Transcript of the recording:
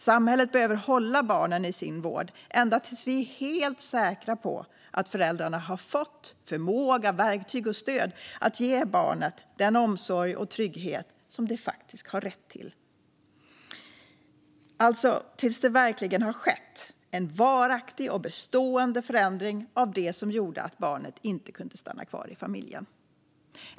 Samhället behöver hålla barnen i dess vård ända tills vi är helt säkra på att föräldrarna har fått förmåga, verktyg och stöd att ge barnet den omsorg och trygghet det faktiskt har rätt till - alltså tills det verkligen har skett en varaktig och bestående förändring av det som gjorde att barnet inte kunde stanna kvar i familjen.